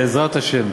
בעזרת השם.